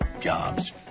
jobs